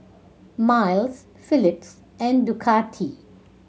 Miles Philips and Ducati